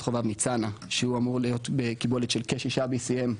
חובב-ניצנה שהוא אמור להיות בקיבולת של כ-6 BCM,